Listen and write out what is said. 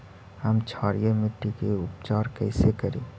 हम क्षारीय मिट्टी के उपचार कैसे करी?